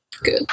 good